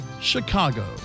Chicago